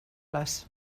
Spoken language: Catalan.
les